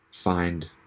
find